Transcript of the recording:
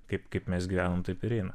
kaip kaip mes gyvenam taip ir eina